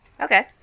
Okay